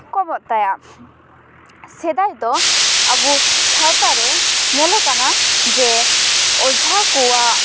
ᱠᱚᱢᱚᱜ ᱛᱟᱭᱟ ᱥᱮᱫᱟᱭ ᱫᱚ ᱟᱵᱚ ᱥᱟᱶᱛᱟ ᱨᱮ ᱧᱮᱞ ᱟᱠᱟᱱᱟ ᱡᱮ ᱚᱡᱷᱟ ᱠᱚᱣᱟᱜ